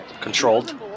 Controlled